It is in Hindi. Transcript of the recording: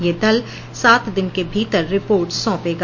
ये दल सात दिन के भीतर रिपोर्ट सौंपेगा